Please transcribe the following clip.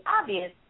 obvious